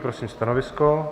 Prosím stanovisko.